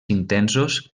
intensos